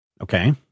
Okay